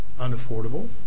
unaffordable